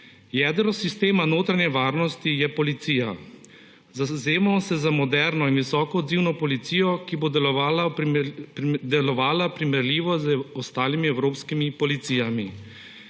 Jedro sistema notranje varnosti je policija. Zavzemamo se za moderno in visoko odzivno policijo, ki bo delovala primerljivo z ostalimi evropskimi policijami.